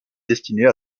destinée